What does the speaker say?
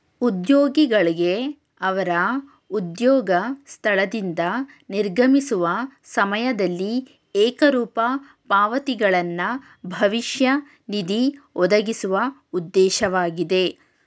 ಉದ್ಯೋಗಿಗಳ್ಗೆ ಅವ್ರ ಉದ್ಯೋಗ ಸ್ಥಳದಿಂದ ನಿರ್ಗಮಿಸುವ ಸಮಯದಲ್ಲಿ ಏಕರೂಪ ಪಾವತಿಗಳನ್ನ ಭವಿಷ್ಯ ನಿಧಿ ಒದಗಿಸುವ ಉದ್ದೇಶವಾಗಿದೆ